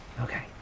Okay